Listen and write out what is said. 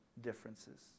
differences